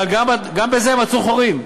אבל גם בזה מצאו חורים,